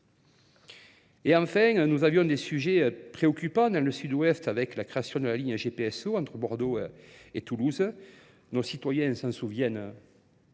Et enfin, nous avions des sujets préoccupants dans le Sud-Ouest avec la création de la ligne GPSO entre Bordeaux et Toulouse. Nos citoyens s'en souviennent et